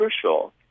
crucial